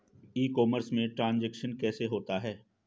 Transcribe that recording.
ई commerce में transaction कैसे होता है?